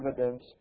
evidence